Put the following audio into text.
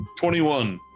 21